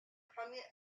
premier